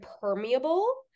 permeable